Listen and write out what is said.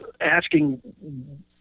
asking